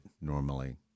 normally